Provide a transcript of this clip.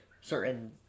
certain